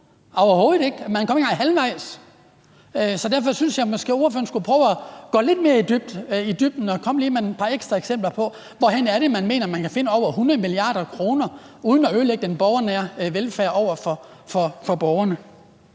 overhovedet ikke. Man kommer ikke engang halvvejs. Så derfor synes jeg måske, at ordføreren skulle prøve at gå lidt mere i dybden og lige komme med et par ekstra eksempler på, hvorhenne det er, man mener man kan finde over 100 mia. kr. uden at ødelægge den borgernære velfærd for borgerne.